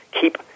keep